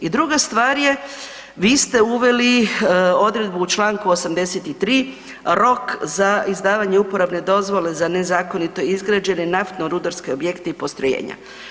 I druga stvar je, vi ste uveli odredbu u članku 83. rok za izdavanje uporabne dozvole za nezakonito izgrađene naftno-rudarske objekte i postrojenja.